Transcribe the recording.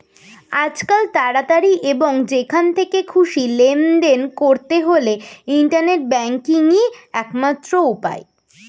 আজকাল তাড়াতাড়ি এবং যেখান থেকে খুশি লেনদেন করতে হলে ইন্টারনেট ব্যাংকিংই একমাত্র উপায়